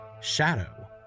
Shadow